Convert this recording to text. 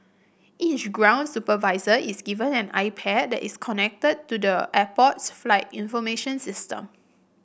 each ground supervisor is given an iPad that is connected to the airport's flight information system